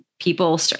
people